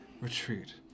Retreat